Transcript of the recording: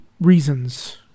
reasons